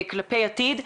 כלפי העתיד.